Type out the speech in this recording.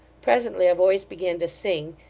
presently a voice began to sing,